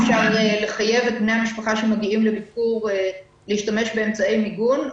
אפשר לחייב את בני המשפחה שמגיעים לביקור להשתמש באמצעי מיגון.